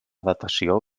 datació